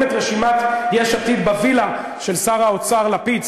את רשימת יש עתיד בווילה של שר האוצר לפיד,